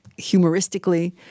humoristically